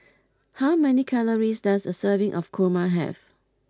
how many calories does a serving of Kurma have